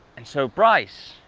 and so bryce,